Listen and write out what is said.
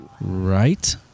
Right